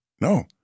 No